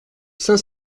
cinq